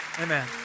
Amen